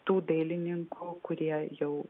tų dailininkų kurie jau